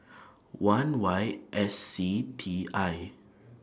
one Y S C T I